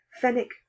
Fenwick